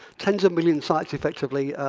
tens of millions sites effectively